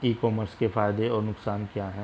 ई commerce के फायदे और नुकसान क्या हैं?